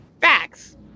facts